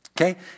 Okay